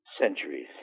centuries